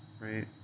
Right